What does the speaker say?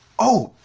oh,